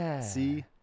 See